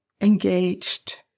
engaged